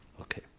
Okay